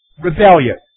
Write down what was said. rebellion